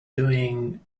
doing